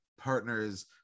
partners